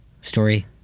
story